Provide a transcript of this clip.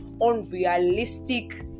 unrealistic